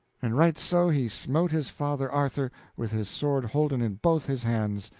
and right so he smote his father arthur with his sword holden in both his hands,